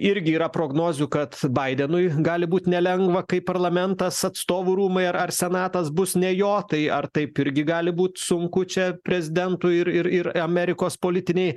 irgi yra prognozių kad baidenui gali būt nelengva kai parlamentas atstovų rūmai ar ar senatas bus ne jo tai ar taip irgi gali būt sunku čia prezidentui ir ir ir amerikos politinei